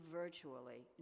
virtually